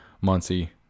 Muncie